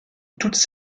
toutes